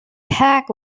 pack